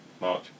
March